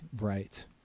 Right